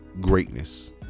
Greatness